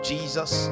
Jesus